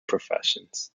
professions